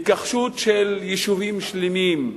התכחשות ליישובים שלמים,